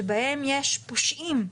שבהם יש פושעים,